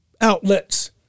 outlets